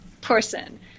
person